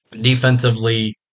Defensively